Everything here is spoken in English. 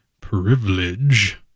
privilege